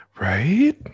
right